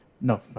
No